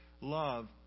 love